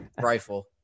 rifle